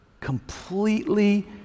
Completely